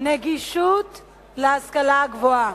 נגישות להשכלה הגבוהה.